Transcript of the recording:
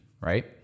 right